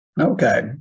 Okay